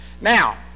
Now